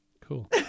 Cool